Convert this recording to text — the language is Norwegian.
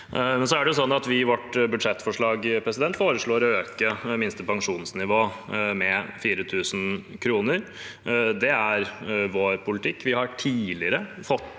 vårt budsjettforslag foreslår vi å øke minste pensjonsnivå med 4 000 kr. Det er vår politikk.